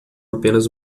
apenas